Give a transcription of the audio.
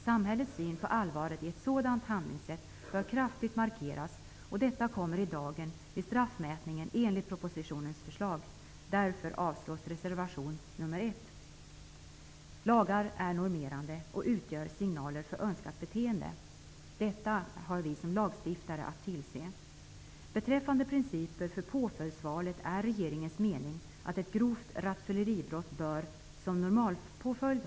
Samhällets syn på det allvarliga i ett sådant handlingssätt bör kraftigt markeras, och detta kommer i dagen vid straffmätningen enligt propositionens förslag. Därför avstyrks reservation nr 1. Lagar är normerande och utgör signaler om önskat beteende. Detta har vi som lagstiftare att tillse. Beträffande principer för påföljdsvalet är regeringens mening att ett grovt rattfylleribrott bör ha fängelse som normalpåföljd.